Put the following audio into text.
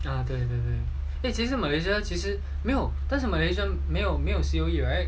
对其实 malaysia 其实没有但是 malaysian 没有没有 C_O_E right